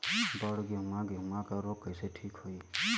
बड गेहूँवा गेहूँवा क रोग कईसे ठीक होई?